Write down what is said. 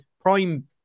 prime